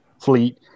fleet